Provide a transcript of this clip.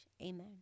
Amen